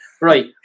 right